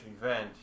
event